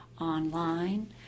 online